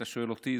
אתה שואל אותי,